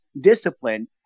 discipline